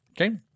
Okay